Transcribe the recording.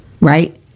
right